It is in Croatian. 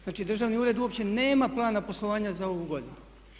Znači, državni ured uopće nema plana poslovanja za ovu godinu.